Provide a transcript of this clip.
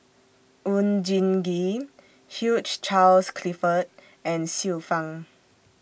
Oon Jin Gee Hugh Charles Clifford and Xiu Fang